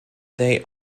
they